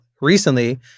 recently